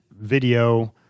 video